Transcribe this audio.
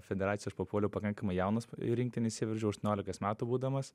federaciją aš papuoliau pakankamai jaunas į rinktinę įsiveržiau aštuoniolikos metų būdamas